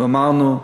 ואמרנו: